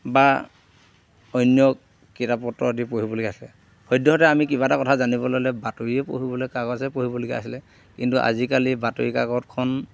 বা অন্য কিতাপ পত্ৰ আদি পঢ়িবলগীয়া হৈছিলে সদ্যহতে আমি কিবা এটা কথা জানিবলৈ হ'লে বাতৰিয়ে পঢ়িবলৈ কাগজে পঢ়িবলগীয়া আছিলে কিন্তু আজিকালি বাতৰি কাকতখন